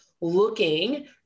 looking